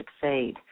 succeed